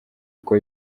uko